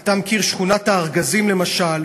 אתה מכיר את שכונת-הארגזים למשל,